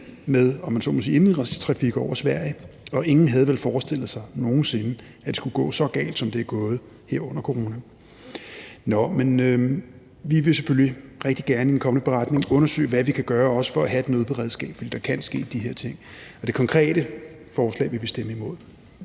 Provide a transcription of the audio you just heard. sige, indenrigstrafik over Sverige, og ingen havde vel forestillet sig nogen sinde, at det skulle gå så galt, som det er gået, her under corona. Nå, men vi vil selvfølgelig rigtig gerne i den kommende beretning undersøge, hvad vi kan gøre for også at have et nødberedskab, fordi der kan ske de her ting. Og det konkrete forslag vil vi stemme imod.